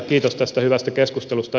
kiitos tästä hyvästä keskustelusta